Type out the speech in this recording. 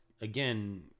again